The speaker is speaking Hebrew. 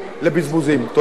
תודה רבה, אדוני.